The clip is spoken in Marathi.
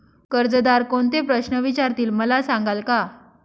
कर्जदार कोणते प्रश्न विचारतील, मला सांगाल का?